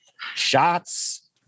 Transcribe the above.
shots